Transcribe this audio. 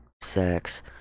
sex